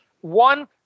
One